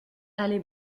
aller